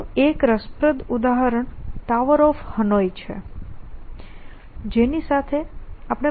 આનું 1 રસપ્રદ ઉદાહરણ ટાવર ઓફ હનોઈ છે જેની સાથે આપણે પરિચિત હોવા જોઈએ